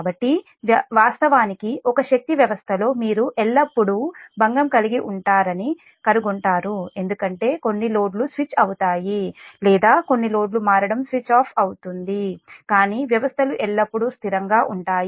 కాబట్టి వాస్తవానికి ఒక శక్తి వ్యవస్థలో మీరు ఎల్లప్పుడూ అలజడి కలిగి ఉంటారని కనుగొంటారు ఎందుకంటే కొన్ని లోడ్లు స్విచ్ అవుతాయి లేదా కొన్ని లోడ్లు మారడం స్విచ్ ఆఫ్ అవుతుంది కానీ వ్యవస్థలు ఎల్లప్పుడూ స్థిరంగా ఉంటాయి